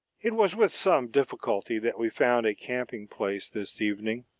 it was with some difficulty that we found a camping-place, this evening.